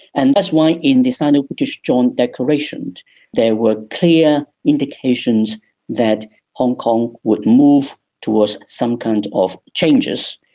and that's why in the sino-british joint declaration there were clear indications that hong kong would move towards some kind of changes.